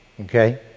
okay